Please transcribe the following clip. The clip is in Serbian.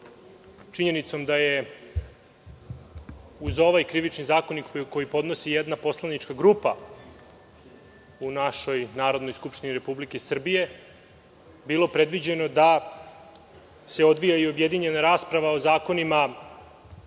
činjenicom da je uz ovaj KZ koji podnosi jedna poslanička grupa u našoj Narodnoj skupštini, bilo predviđeno da se odvija i objedinjena rasprava o zakonima